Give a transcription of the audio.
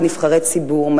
כנבחרי ציבור,